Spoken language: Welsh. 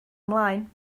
ymlaen